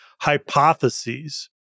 hypotheses